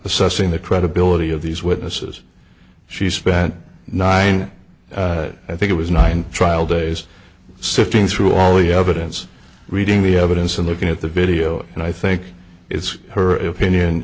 assessing the credibility of these witnesses she spent nine i think it was nine trial days sifting through all the evidence reading the evidence and looking at the video and i think it's her opinion